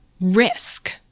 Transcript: risk